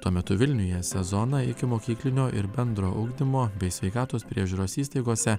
tuo metu vilniuje sezoną ikimokyklinio ir bendro ugdymo bei sveikatos priežiūros įstaigose